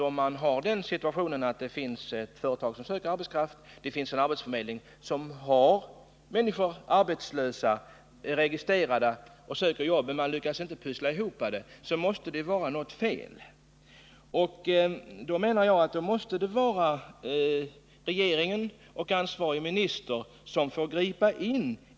Om det finns ett företag som söker arbetskraft och en arbetsförmedling som har människor registrerade arbetslösa och man ändå inte lyckas pussla ihop det, så måste det vara något fel. Då menar jag att regeringen och ansvarig minister får gripa in.